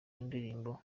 ndirimbo